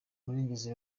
murengezi